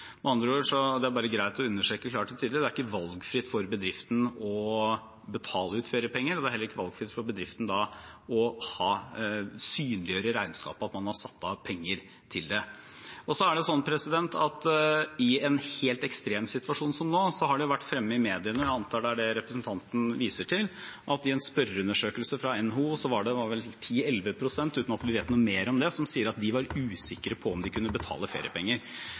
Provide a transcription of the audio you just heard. Med andre ord er det bare greit å understreke klart og tydelig: Det er ikke valgfritt for bedriften å betale ut feriepenger, og det er heller ikke valgfritt for bedriften å synliggjøre i regnskapet at man har satt av penger til det. I en helt ekstrem situasjon som nå har det vært fremme i mediene – jeg antar det er det representanten viser til – at i en spørreundersøkelse fra NHO var det 10–11 pst., uten at vi vet noe mer om det, som sier at de er usikre på om de kunne betale feriepenger.